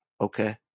Okay